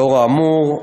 לאור האמור,